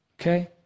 okay